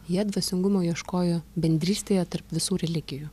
jie dvasingumo ieškojo bendrystėje tarp visų religijų